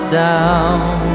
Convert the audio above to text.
down